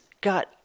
got